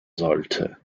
sollte